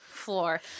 floor